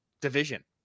division